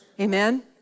Amen